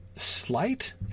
slight